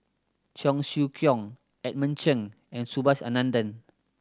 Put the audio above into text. Cheong Siew Keong Edmund Cheng and Subhas Anandan